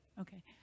Okay